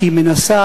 שהיא מנסה,